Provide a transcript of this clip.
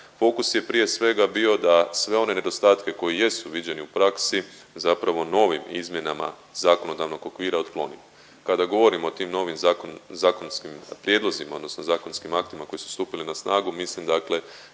Fokus je prije svega bio da sve one nedostatke koji jesu viđeni u praksi zapravo novim izmjenama zakonodavnog okvira otklonimo. Kada govorimo o tim novim zakonskim prijedlozima odnosno zakonskim aktima koji su stupili na snagu mislim dakle